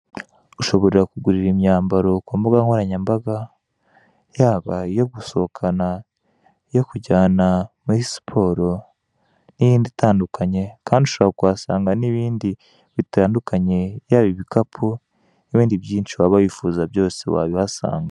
Ushobora kugurira imyambaro ku mbuga nkoranyambaga yaba iyo gusohokana, iyo kujyana muri siporo n'imyenda itandukanye, kandi ushobora kuhasanga n'ibindi bitandukanye yaba ibikapu, wenda ibyishimo waba wifuza byose wabihasanga.